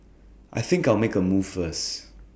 I think I'll make A move first